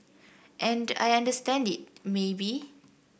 and I understand it maybe